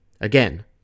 Again